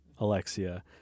Alexia